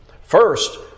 First